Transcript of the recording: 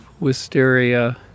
wisteria